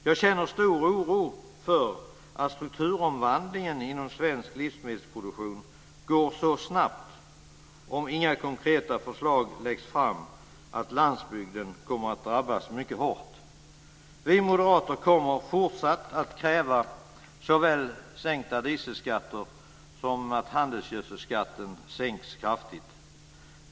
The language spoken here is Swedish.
Jag känner stor oro för att strukturomvandlingen inom svensk livsmedelsproduktion går så snabbt, om inga konkreta förslag läggs fram, att landsbygden kommer att drabbas mycket hårt. Vi moderater kommer fortsatt att kräva såväl sänkta dieselskatter som att handelsgödselskatter sänks kraftigt.